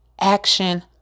action